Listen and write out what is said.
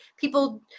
people